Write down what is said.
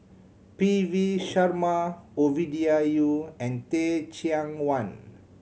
P V Sharma Ovidia Yu and Teh Cheang Wan